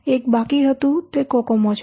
એક બાકી હતું તે કોકોમો છે